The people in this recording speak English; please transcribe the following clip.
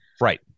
right